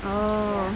oh